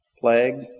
Plague